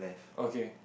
okay